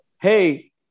hey